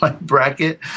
bracket